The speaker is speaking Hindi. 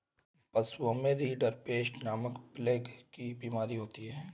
पशुओं में रिंडरपेस्ट नामक प्लेग की बिमारी भी होती है